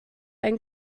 ein